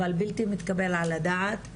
אבל בלתי מתקבל על הדעת,